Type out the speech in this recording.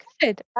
good